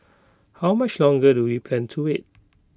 how much longer do we plan to wait